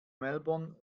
melbourne